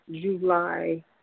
July